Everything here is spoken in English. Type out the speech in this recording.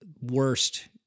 worst